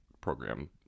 program